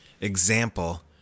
example